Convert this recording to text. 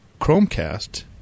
chromecast